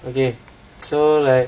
okay so like